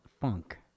funk